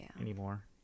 anymore